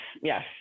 yes